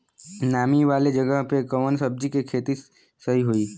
नामी वाले जगह पे कवन सब्जी के खेती सही होई?